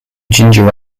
ginger